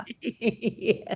Yes